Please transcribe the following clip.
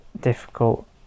difficult